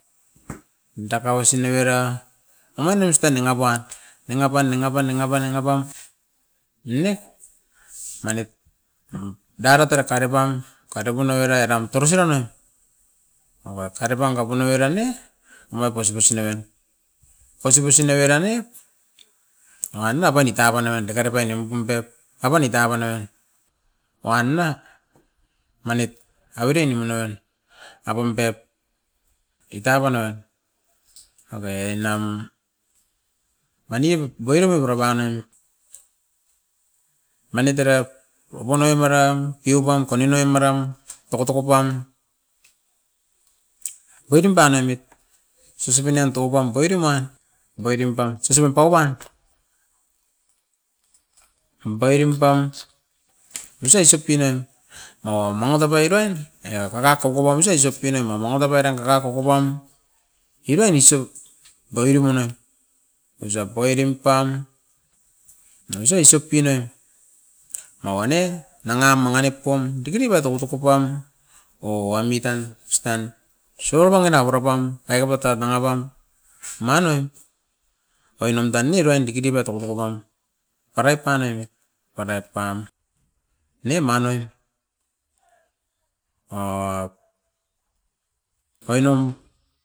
Dakau sinoivera omainim oistan nimpat, nanga pan, nanga pan, nanga pan, nanga pan, oin ne mainit tan dare tara karipan karepun avera eram torosean aman, avat karipan kapunoi era ne? Ama poispoisi naven, poispoisin avere noit, nanga noa bani taboan naven dakarepai nimpum pep, apan i taboa naven. Wan na manit avere nimuana a pan, apum pep i taboana. Avai inam manibut boirum avara ban noimit, manit erat, okonoim eram, kiupan tanonium eram, tokotoko pan. Boitum panoimit, sisiup inoan toupam boirim an, boirim pan sisiupum paup pan, ampairim pan osa isop inan nanga omain atop oiran era karakop uwamusa isop pinoimam nanga top kakara koko pam, erain isop boiro manan. Isop boirim pam, nanga iso isop pinan, mawa ne, nanga mangi nip pum dikidiki pai torotoko pam o-oami tan, ostan. Subana ina pura pan dakepat tat nanga pan omain oin, oin nam tan ne uruain dikidiki pai tokotoko pam, paraip panoimit, paraip pam nen anoin o-oinum.